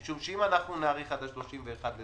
משום שאם אנחנו נאריך עד ה-31 בדצמבר,